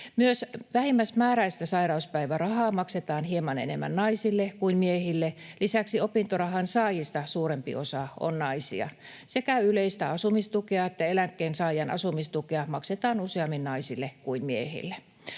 Myös vähimmäismääräistä sairauspäivärahaa maksetaan hieman enemmän naisille kuin miehille. Lisäksi opintorahan saajista suurempi osa on naisia. Sekä yleistä asumistukea että eläkkeensaajan asumistukea maksetaan useammin naisille kuin miehille.